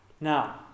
Now